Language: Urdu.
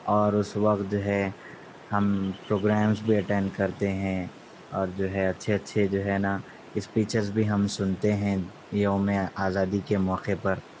اور اس وقت جو ہے ہم پروگرامس بھی اٹینڈ کرتے ہیں اور جو ہے اچھے اچھے جو ہے نا اسپیچز بھی ہم سنتے ہیں یوم آزادی کے موقع پر